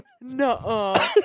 No